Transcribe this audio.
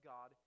God